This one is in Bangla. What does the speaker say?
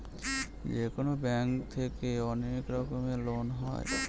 যেকোনো ব্যাঙ্ক থেকে অনেক রকমের লোন হয়